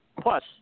Plus